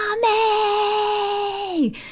Mommy